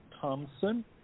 Thompson